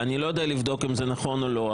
ואני לא יודע לבדוק אם זה נכון או לא,